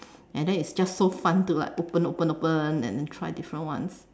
and then it's just so fun to like open open open and then try different ones